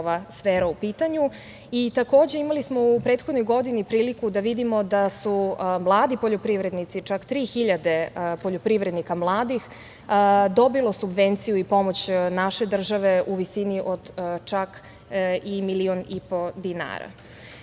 ova sfera u pitanju. Imali smo u prethodnoj godini i priliku da vidimo da su mladi poljoprivrednici, čak 3.000 mladih poljoprivrednika dobilo subvenciju i pomoć naše države u visini od čak 1,5 miliona dinara. Naša